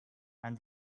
and